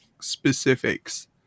specifics